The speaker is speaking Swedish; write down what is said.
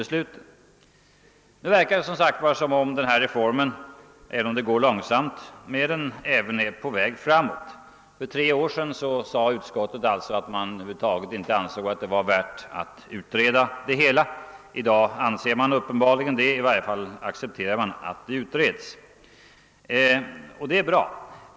Det verkar alltså som om denna reform, även om det går långsamt, är på väg framåt. För tre år sedan ansåg utskottet att det över huvud taget inte var värt att utreda frågan. I dag menar man uppenbarligen det; i varje fall accepterar man att den utreds. Det är bra.